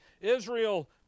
Israel